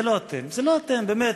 זה לא אתם, זה לא אתם, באמת.